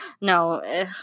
No